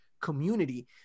community